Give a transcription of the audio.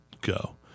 go